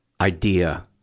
idea